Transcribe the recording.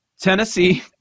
Tennessee